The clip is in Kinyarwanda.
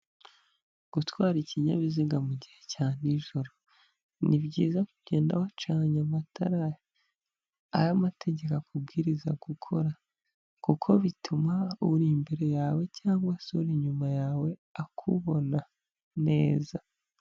Gutwara ikinyabiziga mu gihe cya nijoro ni byiza kugenda wacanya amatara ayo amategeko akubwiriza gukora kuko bituma uri imbere yawe cyangwa se uri inyuma yawe akubona neza.